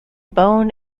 bone